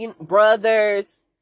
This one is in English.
Brothers